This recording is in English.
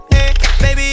Baby